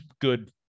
good